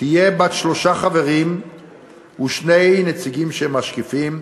תהיה בת שלושה חברים ושני נציגים שהם משקיפים,